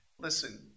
Listen